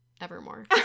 evermore